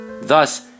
Thus